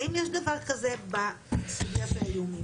האם יש דבר כזהבסוגייה של האיומים?